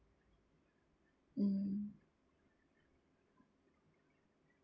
mm